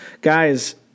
Guys